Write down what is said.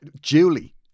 Julie